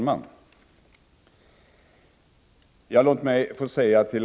Herr talman!